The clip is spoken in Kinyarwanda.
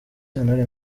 sentore